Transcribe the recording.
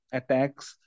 attacks